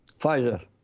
Pfizer